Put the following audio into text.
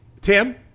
Tim